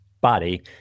body